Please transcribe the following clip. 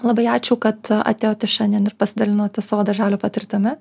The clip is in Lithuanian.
labai ačiū kad atėjot šiandien ir pasidalinote savo darželio patirtimi